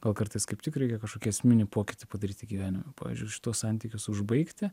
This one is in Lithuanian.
o kartais kaip tik reikia kažkokį esminį pokytį padaryti gyvenime pavyzdžiui šituos santykius užbaigti